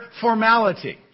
formality